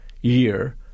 year